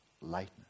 lightness